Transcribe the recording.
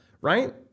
Right